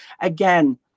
again